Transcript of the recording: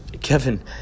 Kevin